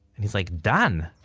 and he's like, dan?